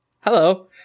Hello